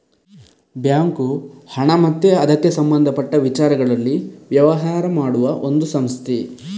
bank ಹಣ ಮತ್ತೆ ಅದಕ್ಕೆ ಸಂಬಂಧಪಟ್ಟ ವಿಚಾರಗಳಲ್ಲಿ ವ್ಯವಹಾರ ಮಾಡುವ ಒಂದು ಸಂಸ್ಥೆ